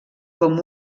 com